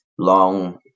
long